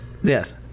Yes